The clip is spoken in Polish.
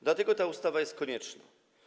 Dlatego ta ustawa jest konieczna.